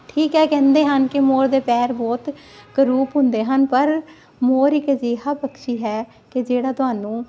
ਠੀਕ ਐ ਕਹਿੰਦੇ ਹਨ ਕਿ ਮੋਰ ਦੇ ਪੈਰ ਬਹੁਤ ਕਰੂਪ ਹੁੰਦੇ ਹਨ ਪਰ ਮੋਰ ਇੱਕ ਅਜਿਹਾ ਪਕਸ਼ੀ ਹੈ ਕਿ ਜਿਹੜਾ ਤੁਹਾਨੂੰ